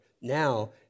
now